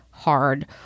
Hard